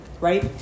right